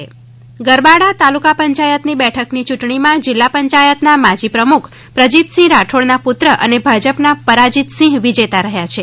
મતગણતરી ગરબાડા તાલુકાપંચાયત ની બેઠકની યૂટણીમાં જિલ્લા પંચાયતના માજી પ્રમુખ પ્રજીતસિંહ રાઠોડના પુત્ર અને ભાજપ ના પરાજિત સિંહ વિજેતા રહ્યા છે